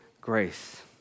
grace